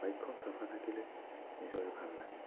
বাইকখন চাফা থাকিলে নিজৰে ভাল লাগে